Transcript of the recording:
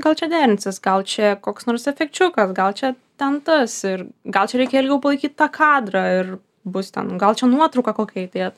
gal čia derinsis gal čia koks nors efekčiukas gal čia ten tas ir gal čia reikia ilgiau palaikyt tą kadrą ir bus ten gal čia nuotrauką kokią įdėt